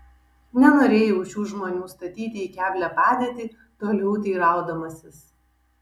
nenorėjau šių žmonių statyti į keblią padėtį toliau teiraudamasis